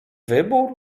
wybór